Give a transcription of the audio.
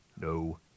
No